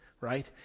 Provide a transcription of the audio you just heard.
right